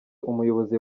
umuyobozi